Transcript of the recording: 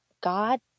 God